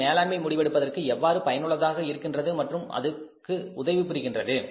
அது மேலாண்மை முடிவெடுப்பதற்கு எவ்வாறு பயனுள்ளதாக இருக்கின்றது மற்றும் அதற்கு உதவி புரிகின்றது